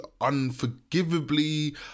unforgivably